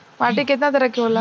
माटी केतना तरह के होला?